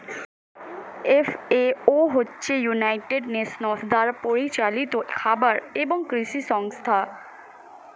FAO হচ্ছে United Nations দ্বারা পরিচালিত খাবার এবং কৃষি সংস্থা